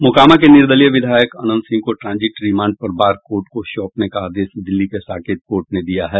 मोकामा के निर्दलीय विधायक अंनत सिंह को ट्रांजिट रिमांड पर बाढ़ कोर्ट को सौंपने का आदेश दिल्ली के साकेत कोर्ट ने दिया है